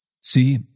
See